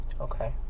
okay